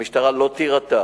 המשטרה לא תירתע